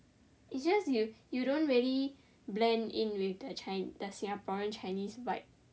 it's just you dont really blend in with the chi~ singaporean chinese vibe